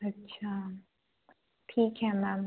अच्छा ठीक है मैम